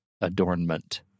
adornment